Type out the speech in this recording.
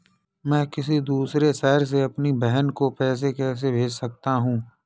मैं किसी दूसरे शहर से अपनी बहन को पैसे कैसे भेज सकता हूँ?